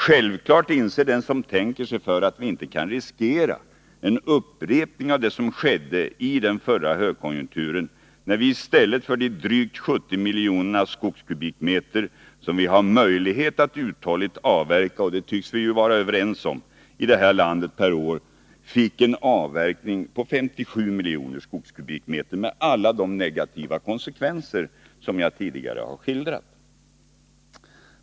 Självklart inser den som tänker sig för att vi inte kan riskera en upprepning av det som skedde i den förra högkonjunkturen, när vi i stället för de drygt 70 miljonerna skogskubikmeter som vi har möjlighet att uthålligt avverka i det här landet per år — och det tycks vi ju vara överens om — fick en avverkning på 57 miljoner skogskubikmeter, med alla de negativa konsekvenser som jag tidigare har skildrat.